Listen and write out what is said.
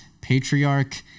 Patriarch